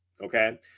okay